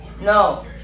no